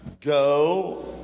go